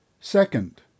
Second